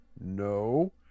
no